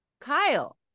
Kyle